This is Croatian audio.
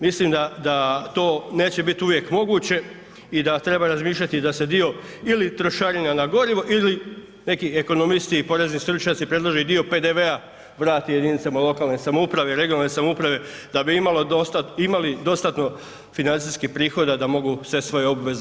Mislim da to neće biti uvijek moguće i da treba razmišljati i da se dio ili trošarina na gorivo ili neki ekonomisti i porezni stručnjaci predlože i dio PDV-a vrate jedinicama lokalne samouprave i regionalne samouprave da bi imali dostatno financijskih prihoda da mogu sve svoje obveze.